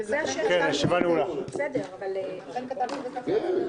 הישיבה ננעלה בשעה 15:10.